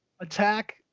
attack